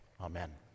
Amen